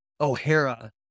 O'Hara